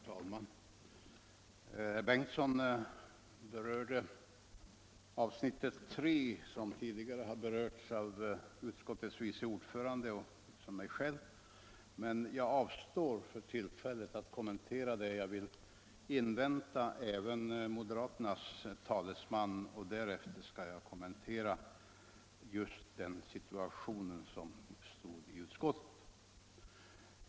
Herr talman! Herr Torsten Bengtson berörde avsnittet 3 som tidigare har behandlats av utskottets vice ordförande och av mig själv, men jag avstår för tillfället från att kommentera det. Jag vill invänta även det anförande som moderaternas talesman kommer att hålla, och därefter skall jag kommentera just den situation som uppstod i utskottet.